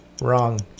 Wrong